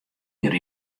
hjir